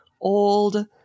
old